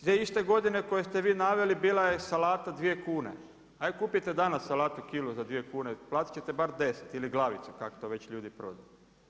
Te iste godine koje ste vi naveli, bila je salata 2 kune, ajde kupite danas salatu kilu za 2 kune, platit ćete bar 10 ili glavicu, kak to već ljudi prodaju.